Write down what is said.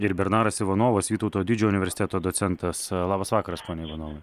ir bernaras ivanovas vytauto didžiojo universiteto docentas labas vakaras pone ivanovai